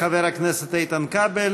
תודה לחבר הכנסת איתן כבל.